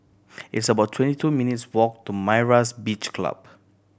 it's about twenty two minutes' walk to Myra's Beach Club